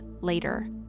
later